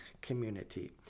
community